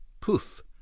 Poof